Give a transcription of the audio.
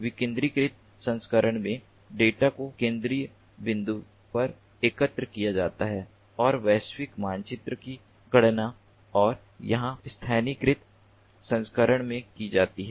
विकेंद्रीकृत संस्करण में डेटा को केंद्रीय बिंदु पर एकत्र किया जाता है और वैश्विक मानचित्र की गणना और यहां स्थानीयकृत संस्करण में की जाती है